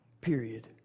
Period